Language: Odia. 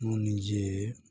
ମୁଁ ନିଜେ